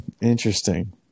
Interesting